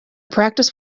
practice